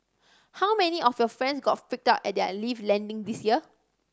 how many of your friends got freaked out at their lift landing this year